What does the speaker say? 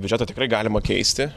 biudžetą tikrai galima keisti